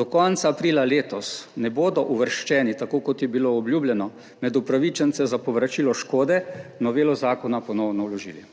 do konca aprila letos ne bodo uvrščeni tako kot je bilo obljubljeno 32. TRAK: (SB) – 15.25 (Nadaljevanje) med upravičence za povračilo škode. Novelo zakona ponovno vložili.